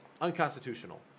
unconstitutional